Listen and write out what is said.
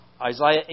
Isaiah